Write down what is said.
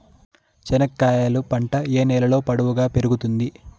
చెనక్కాయలు పంట ఏ నేలలో పొడువుగా పెరుగుతుంది?